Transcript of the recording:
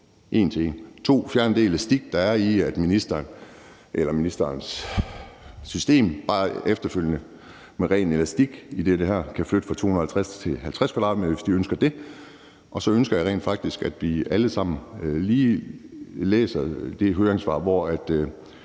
det andet fjerner den elastik, der er i, at ministeren eller ministerens system bare efterfølgende kan rykke det fra 250 til 50 m², hvis man ønsker det. Og så ønsker jeg rent faktisk, at vi alle sammen lige læser det høringssvar, hvor 3F